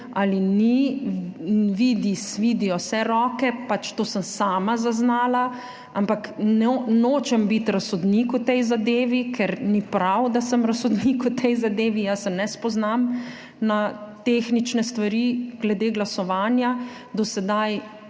ali ni. Vidijo se roke, to sem sama zaznala, ampak nočem biti razsodnik v tej zadevi, ker ni prav, da sem razsodnik v tej zadevi, jaz se ne spoznam na tehnične stvari glede glasovanja. Do sedaj